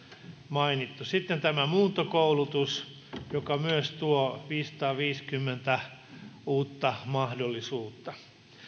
mainittu sitten tämä muuntokoulutus joka myös tuo viisisataaviisikymmentä uutta mahdollisuutta